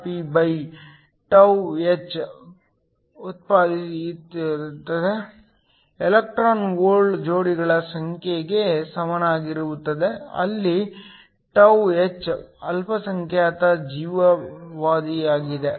ಇದು ΔPτh ಉತ್ಪತ್ತಿಯಾಗುವ electron hole ಜೋಡಿಗಳ ಸಂಖ್ಯೆಗೆ ಸಮಾನವಾಗಿರುತ್ತದೆ ಅಲ್ಲಿ τh ಅಲ್ಪಸಂಖ್ಯಾತ ಜೀವಿತಾವಧಿಯಾಗಿದೆ